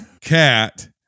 cat